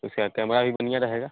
उसका कैमरा भी बढ़िया रहेगा